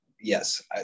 yes